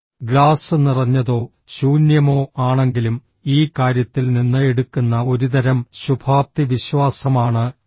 glass നിറഞ്ഞതോ ശൂന്യമോ ആണെങ്കിലും ഈ കാര്യത്തിൽ നിന്ന് എടുക്കുന്ന ഒരുതരം ശുഭാപ്തിവിശ്വാസമാണ് അത്